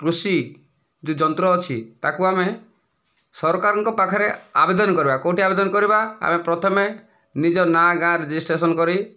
କୃଷି ଯେଉଁ ଯନ୍ତ୍ର ଅଛି ତାକୁ ଆମେ ସରକାରଙ୍କ ପାଖରେ ଆବେଦନ କରିବା କେଉଁଠି ଆବେଦନ କରିବା ଆମେ ପ୍ରଥମେ ନିଜ ନାଁ ଗାଁ ରେଜିଷ୍ଟ୍ରେସନ କରି